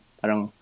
parang